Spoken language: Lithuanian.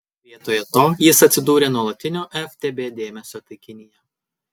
vietoje to jis atsidūrė nuolatinio ftb dėmesio taikinyje